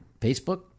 Facebook